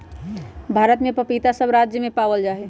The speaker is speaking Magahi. भारत में पपीता सब राज्य में पावल जा हई